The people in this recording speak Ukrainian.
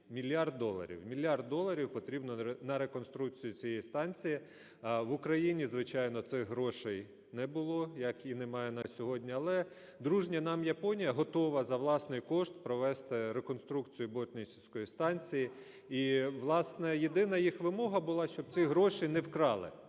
мільярд доларів потрібно на реконструкцію цієї станції. В Україні, звичайно, цих грошей не було, як і немає на сьогодні. Але дружня нам Японія готова за власний кошт провести реконструкцію Бортницької станції і, власне, єдина їх вимога була, щоб ці гроші не вкрали.